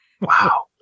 Wow